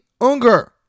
Unger